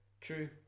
True